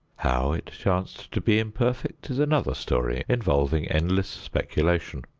how it chanced to be imperfect is another story involving endless speculation.